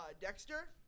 Dexter